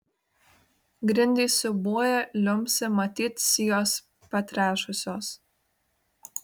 grindys siūbuoja liumpsi matyt sijos patrešusios